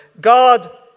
God